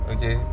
Okay